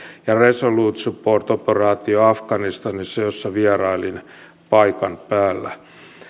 ja resolute support operaatio afganistanissa missä vierailin paikan päällä